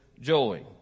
joy